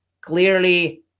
clearly